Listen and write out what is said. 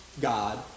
God